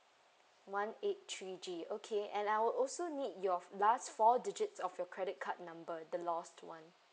one eight three G okay and I will also need your last four digits of your credit card number the lost [one]